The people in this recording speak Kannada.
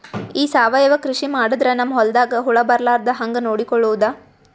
ಈ ಸಾವಯವ ಕೃಷಿ ಮಾಡದ್ರ ನಮ್ ಹೊಲ್ದಾಗ ಹುಳ ಬರಲಾರದ ಹಂಗ್ ನೋಡಿಕೊಳ್ಳುವುದ?